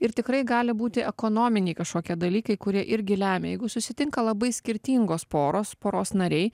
ir tikrai gali būti ekonominiai kažkokie dalykai kurie irgi lemia jeigu susitinka labai skirtingos poros poros nariai